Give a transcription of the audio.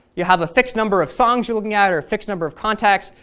you have a fixed number of songs you're looking at or a fixed number of contacts.